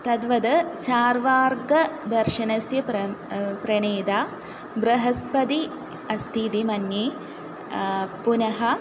तद्वद् चार्वाकदर्शनस्य प्र प्रणेता बृहस्पतिः अस्ति इति मन्ये पुनः